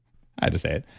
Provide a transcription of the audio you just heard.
i had to say it.